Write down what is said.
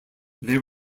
they